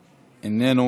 איננו,